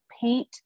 paint